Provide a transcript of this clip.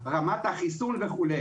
רמת החיסון וכו'.